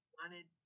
wanted